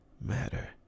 matter